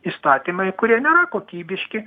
įstatymai kurie nėra kokybiški